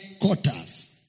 quarters